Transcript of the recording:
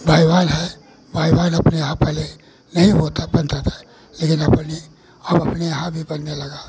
है अपने यहाँ पहले नहीं होता बनता था लेकिन अपने अब अपने यहाँ अभी बनने लगा है